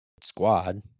squad